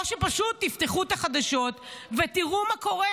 או שפשוט תפתחו את החדשות ותראו מה קורה.